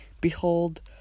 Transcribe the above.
Behold